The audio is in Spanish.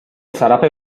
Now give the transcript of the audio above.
zarape